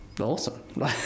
awesome